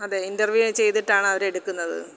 അതേ ഇന്റര്വ്യൂ ചെയ്തിട്ടാണ് അവര് എടുക്കുന്നത്